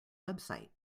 website